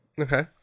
okay